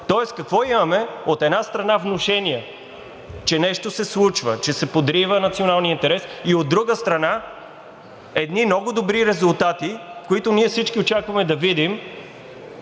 Тоест какво имаме? От една страна, внушения, че нещо се случва, че се подрива националният интерес. От друга страна, едни много добри резултати, които всички ние очакваме да видим